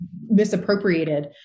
misappropriated